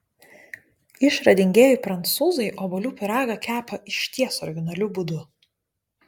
išradingieji prancūzai obuolių pyragą kepa išties originaliu būdu